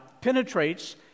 penetrates